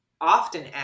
often